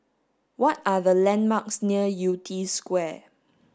what are the landmarks near Yew Tee Square